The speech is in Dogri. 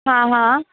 हां हां